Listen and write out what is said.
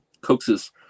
coaxes